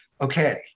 okay